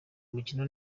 umukino